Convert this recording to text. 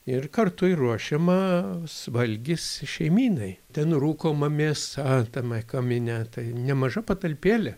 ir kartu ir ruošiamas valgis šeimynai ten rūkoma mėsa tame kamine tai nemaža patalpėlė